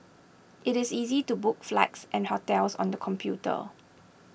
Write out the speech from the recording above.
it is easy to book flights and hotels on the computer